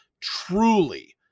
truly